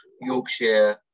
Yorkshire